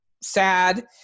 sad